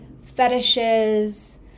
fetishes